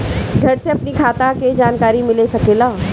घर से अपनी खाता के जानकारी मिल सकेला?